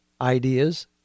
ideas